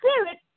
spirit